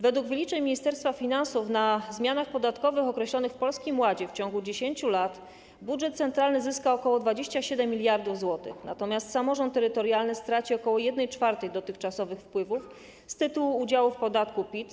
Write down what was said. Według wyliczeń Ministerstwa Finansów na zmianach podatkowych określonych w Polskim Ładzie w ciągu 10 lat budżet centralny zyska ok. 27 mld zł, natomiast samorząd terytorialny straci ok. 1/4 dotychczasowych wpływów z tytułu udziału w podatku PIT.